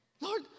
Lord